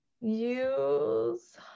use